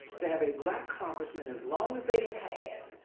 to have a black congressman as long as they have had.